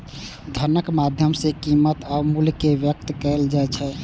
धनक माध्यम सं कीमत आ मूल्य कें व्यक्त कैल जाइ छै